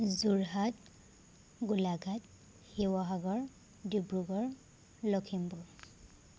Jorhat Golaghat Sivasagar Dibrugarh Lakhimpur